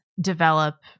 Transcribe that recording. develop